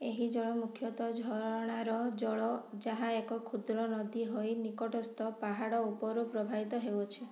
ଏହି ଜଳ ମୁଖ୍ୟତଃ ଝରଣାର ଜଳ ଯାହା ଏକ କ୍ଷୁଦ୍ର ନଦୀ ହୋଇ ନିକଟସ୍ଥ ପାହାଡ଼ ଉପରୁ ପ୍ରବାହିତ ହେଉଅଛି